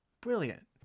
Brilliant